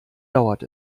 dauert